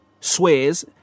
swears